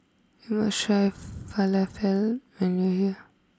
you must try Falafel when you are here